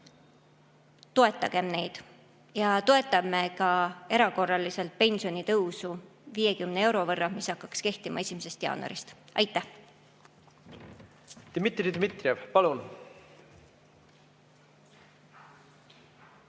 Toetagem neid! Ja toetame ka erakorraliselt pensionitõusu 50 euro võrra, mis hakkaks kehtima 1. jaanuarist. Aitäh! Dmitri Dmitrijev, palun!